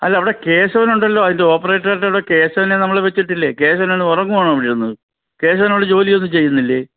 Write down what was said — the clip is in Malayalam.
അല്ല അവിടെ കേശവൻ ഉണ്ടല്ലോ അതിൻ്റെ ഓപ്പറേറ്ററിൻ്റവിടെ കേശവനെ നമ്മൾ വെച്ചിട്ടില്ലേ കേശവനവിടെന്ന് ഉറങ്ങുവാണോ അവിടെ നിന്ന് കേശവനവിടെ ജോലിയൊന്നും ചെയ്യുന്നില്ലേ